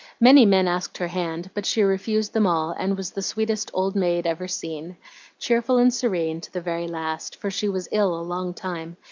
many men asked her hand, but she refused them all, and was the sweetest old maid ever seen cheerful and serene to the very last, for she was ill a long time,